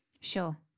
Sure